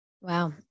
wow